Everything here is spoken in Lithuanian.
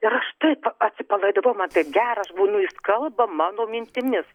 ir aš taip atsipalaidavau man taip gera aš galvoju nu jis kalba mano mintimis